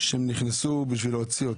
שנכנסו כדי להוציא אותם.